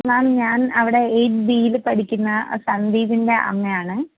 മാം ഞാൻ അവിടെ എയിറ്റ് ബിയിൽ പഠിക്കുന്ന സന്ദീപിൻ്റെ അമ്മയാണേ